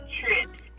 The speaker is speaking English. trips